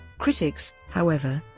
critics, however,